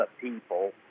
people